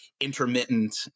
intermittent